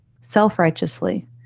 self-righteously